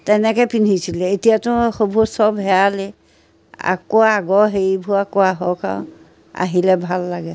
তেনেকৈ পিন্ধিছিলে এতিয়াতো সেইবোৰ চব হেৰালেই আকৌ আগৰ হেৰিবোৰ আকৌ আহক আৰু আহিলে ভাল লাগে